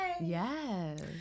Yes